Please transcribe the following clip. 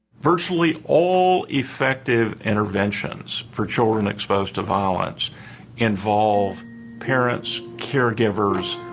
virtually all effective interventions for children exposed to violence involve parents, caregivers,